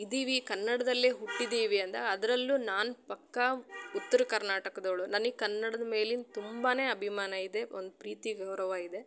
ಇದ್ದೀವಿ ಕನ್ನಡದಲ್ಲೆ ಹುಟ್ಟಿದ್ದೀವಿ ಅಂದಾಗ ಅದರಲ್ಲು ನಾನು ಪಕ್ಕ ಉತ್ರ ಕರ್ನಾಟಕದವಳು ನನಿಗೆ ಕನ್ನಡದ ಮೇಲಿನ ತುಂಬಾ ಅಭಿಮಾನ ಇದೆ ಒಂದು ಪ್ರೀತಿ ಗೌರವ ಇದೆ